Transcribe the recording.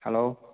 hello